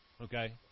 Okay